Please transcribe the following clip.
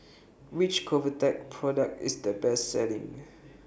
Which Convatec Product IS The Best Selling